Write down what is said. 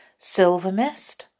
Silvermist